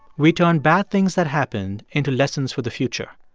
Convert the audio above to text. we turn bad things that happened into lessons for the future.